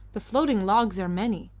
the floating logs are many,